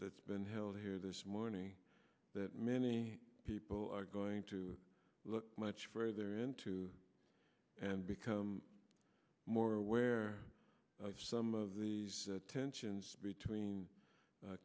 that's been held here this morning that many people are going to look much further into and become more aware of some of these tensions between